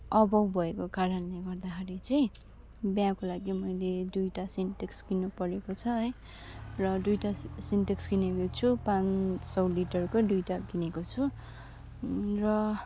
अभाव भएको कारणले गर्दाखेरि चाहिँ बिहाको लागि मैले दुइटा सिन्टेक्स किन्नु परेको छ है र दुइटा सिन्टेक्स किनेको छु पाँच सय लिटरको दुइटा किनेको छु र